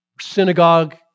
synagogue